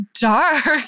dark